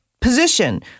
position